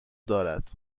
دارد